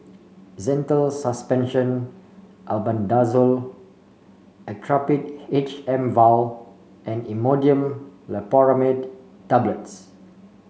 Zental Suspension Albendazole Actrapid H M vial and Imodium Loperamide Tablets